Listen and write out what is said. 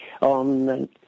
on